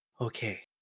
Okay